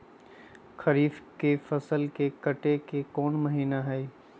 खरीफ के फसल के कटे के कोंन महिना हई?